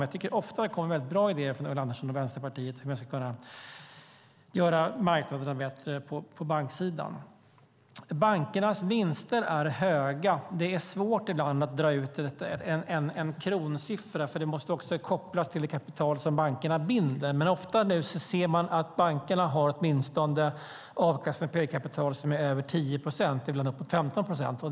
Jag tycker att det kommer bra idéer från Ulla Andersson och Vänsterpartiet för att göra marknaderna bättre på banksidan. Bankernas vinster är höga. Det är ibland svårt att dra ut en kronsiffra. De måste också kopplas till det kapital som bankerna binder. Man ser ofta att bankerna har åtminstone en avkastning på eget kapital som är över 10 procent - till och med uppåt 15 procent.